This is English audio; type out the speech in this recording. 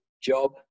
job